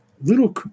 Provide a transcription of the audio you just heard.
Little